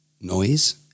Noise